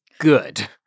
Good